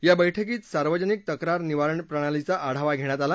या बैठकीत सार्वजनिक तक्रार निवारण प्रणालीचा आढावा घेण्यात आला